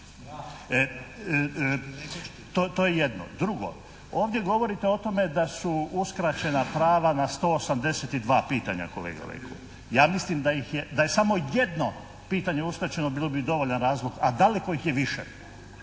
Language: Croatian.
To je jedno. Drugo, ovdje govorite o tome da su uskraćena prava na 182 pitanja kolega Leko. Ja mislim da je samo jedno pitanje uskraćeno bilo bi dovoljan razlog, a daleko ih je više.